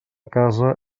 casa